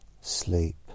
sleep